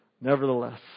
Nevertheless